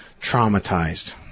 traumatized